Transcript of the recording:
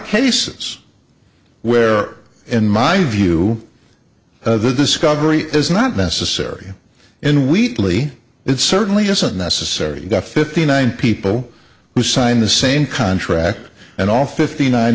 cases where in my view the discovery is not necessary in wheatley it certainly doesn't necessary got fifty nine people who signed the same contract and all fifty nine